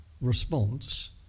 response